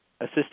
assist